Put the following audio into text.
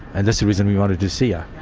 and that's the reason we wanted to see her.